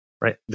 Right